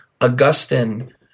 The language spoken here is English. Augustine